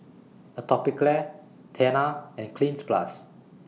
Atopiclair Tena and Cleanz Plus